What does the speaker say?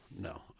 no